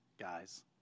guys